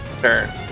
turn